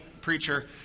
preacher